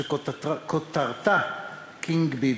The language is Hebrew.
שכותרתה "קינג ביבי".